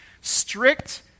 Strict